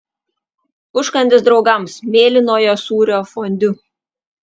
užkandis draugams mėlynojo sūrio fondiu